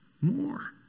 More